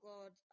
God